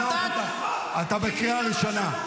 חנוך, קריאה ראשונה.